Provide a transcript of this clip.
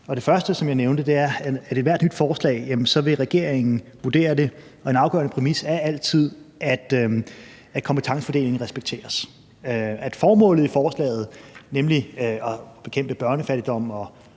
Det første, som jeg nævnte, er, at ved ethvert nyt forslag vil regeringen vurdere det, og en afgørende præmis er altid, at kompetencefordelingen respekteres. Formålet i forslaget, nemlig at bekæmpe børnefattigdom og